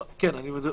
כן, אני יודע.